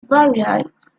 varies